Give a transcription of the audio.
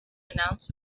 announce